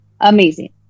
amazing